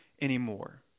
anymore